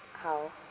how